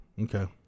Okay